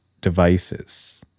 devices